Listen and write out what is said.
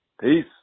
peace